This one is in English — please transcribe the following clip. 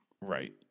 right